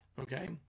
Okay